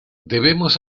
debemos